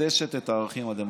מקדשת את הערכים הדמוקרטיים.